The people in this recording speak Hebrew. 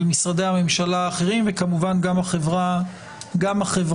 של משרדי הממשלה האחרים, וכמובן גם החברה האזרחית.